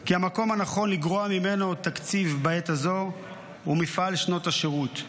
כי המקום הנכון לגרוע ממנו תקציב בעת הזו הוא מפעל שנות השירות.